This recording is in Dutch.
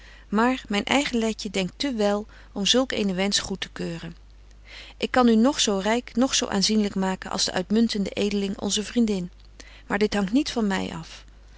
maar myn eige letje denkt te wél om zulk eenen wensch goed te keuren ik kan u noch zo ryk noch zo aanzienlyk maken als de uitmuntende edeling onze vriendin maar dit hangt niet van my af